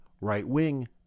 right-wing